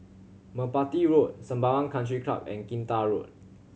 Merpati Road Sembawang Country Club and Kinta Road